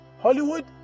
Hollywood